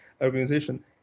organization